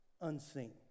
unseen